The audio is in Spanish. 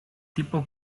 tipo